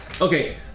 Okay